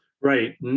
Right